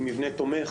עם מבנה תומך.